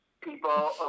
People